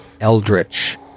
eldritch